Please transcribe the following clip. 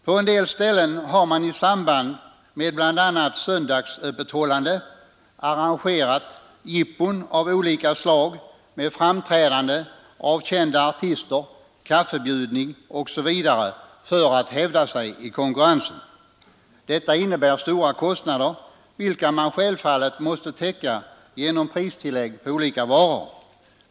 På en del ställen har man i samband med bl.a. söndagsöppethållande arrangerat ”jippon” av olika slag med framträdande av kända artister, kaffebjudning osv. för att hävda sig i konkurrensen. Det innebär stora kostnader, vilka man måste täcka genom pristillägg på olika varor.